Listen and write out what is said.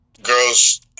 girls